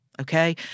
okay